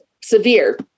severe